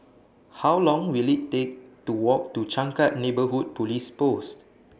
How Long Will IT Take to Walk to Changkat Neighbourhood Police Post